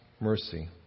mercy